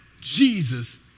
Jesus